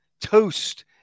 toast